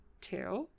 two